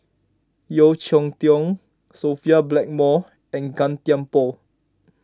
Yeo Cheow Tong Sophia Blackmore and Gan Thiam Poh